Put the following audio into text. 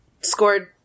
scored